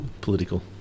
political